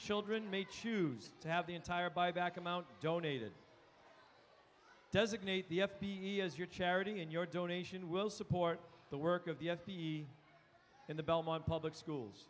children may choose to have the entire buyback amount donated designate the up the is your charity and your donation will support the work of the s c and the belmont public schools